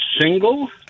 single